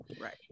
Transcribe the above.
Right